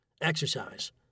Exercise